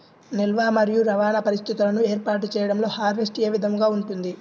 నిల్వ మరియు రవాణా పరిస్థితులను ఏర్పాటు చేయడంలో హార్వెస్ట్ ఏ విధముగా ఉంటుంది?